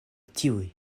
tiuj